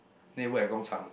then he work at gong-chang